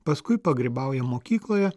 paskui pagrybauja mokykloje